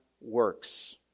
works